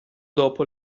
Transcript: dopo